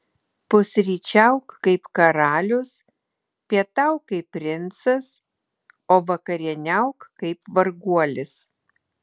pusryčiauk kaip karalius pietauk kaip princas o vakarieniauk kaip varguolis